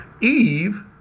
Eve